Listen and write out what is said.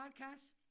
podcast